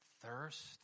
Thirst